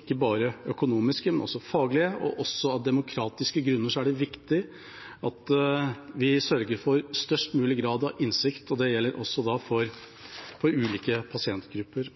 ikke bare økonomiske, men også faglige. Også av demokratiske grunner er det viktig at vi sørger for størst mulig grad av innsikt, og det gjelder også for ulike pasientgrupper.